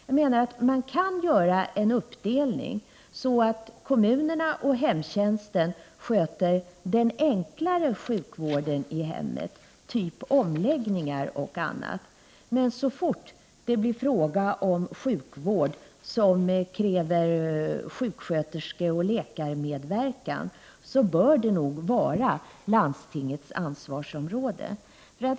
Jag menar att man borde kunna göra en uppdelning så att kommunerna och hemtjänsten sköter den enklare sjukvården i hemmet, typ omläggningar och annat, medan det så fort det blir fråga om sjukvård som kräver medverkan från sjuksköterska eller läkare bör vara landstingets ansvarsområde.